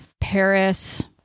Paris